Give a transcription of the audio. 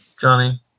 johnny